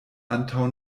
antaŭ